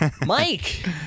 Mike